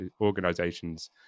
organizations